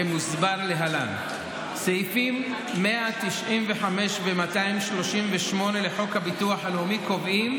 כמוסבר להלן: סעיפים 195 ו-238 לחוק הביטוח הלאומי קובעים